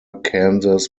kansas